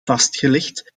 vastgelegd